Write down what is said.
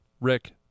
Rick